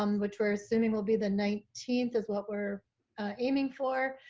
um which we're assuming will be the nineteenth, is what we're aiming for,